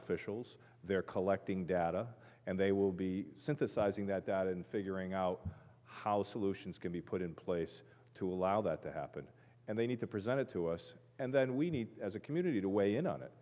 officials they're collecting data and they will be synthesizing that that and figuring out how solutions can be put in place to allow that to happen and they need to present it to us and then we need as a community to weigh in on it